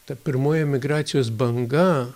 ta pirmoji emigracijos banga